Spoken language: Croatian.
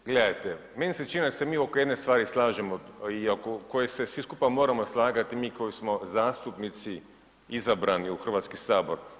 Gledajte, meni se čini da se mi oko jedne stvari slažemo i oko koje se svi skupa moramo slagati mi koji smo zastupnici izabrani u Hrvatski sabor.